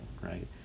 right